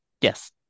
Yes